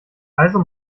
also